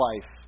life